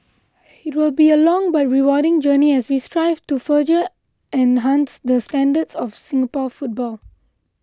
it will be a long but rewarding journey as we strive to further enhance the standards of Singapore football